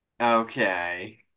Okay